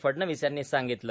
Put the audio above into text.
फडणवीस यांनी सांगितले